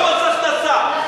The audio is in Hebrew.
ראש הממשלה נכשל,